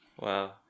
Wow